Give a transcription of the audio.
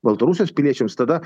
baltarusijos piliečiams tada